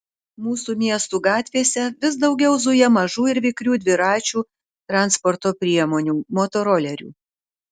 mūsų miestų gatvėse vis daugiau zuja mažų ir vikrių dviračių transporto priemonių motorolerių